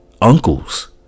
uncles